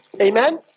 Amen